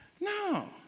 No